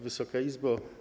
Wysoka Izbo!